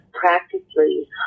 practically